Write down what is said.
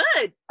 good